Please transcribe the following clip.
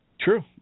True